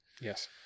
Yes